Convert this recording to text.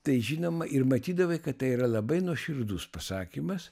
tai žinoma ir matydavai kad tai yra labai nuoširdus pasakymas